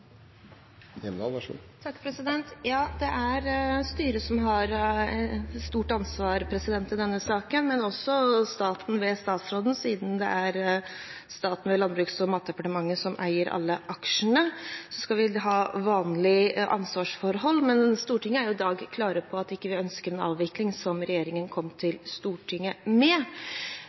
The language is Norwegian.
styret som har et stort ansvar i denne saken, men også staten, ved statsråden, siden det er staten, ved Landbruks- og matdepartementet, som eier alle aksjene. Det skal være vanlige ansvarsforhold, men Stortinget er i dag klar på at det ikke ønsker den avviklingen av Staur gård AS som regjeringen